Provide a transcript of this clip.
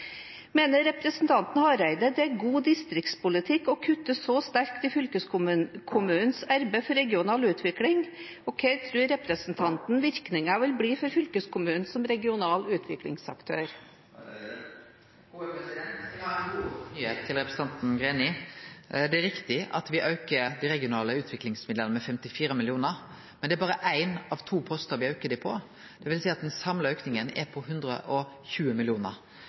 Mener representanten Hareide at det er god distriktspolitikk å kutte så sterkt i fylkeskommunens arbeid for regional utvikling, og hva tror representanten virkningen vil bli for fylkeskommunen som regional utviklingsaktør? Eg har ei god nyheit til representanten Greni. Det er riktig at me aukar dei regionale utviklingsmidlane med 54 mill. kr, men det er berre ein av to postar me aukar dei på. Det vil seie at den samla auken er på 120